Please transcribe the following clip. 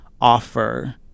offer